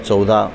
चौदा